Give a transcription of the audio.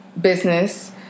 business